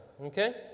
okay